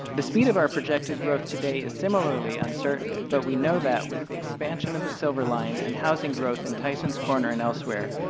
the speed of our projected growth today is similarly uncertain, but we know with expansion of the silver line and housing growth in tysons corner and elsewhere,